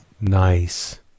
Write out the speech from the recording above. Nice